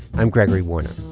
i'm gregory warner.